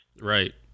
Right